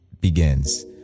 begins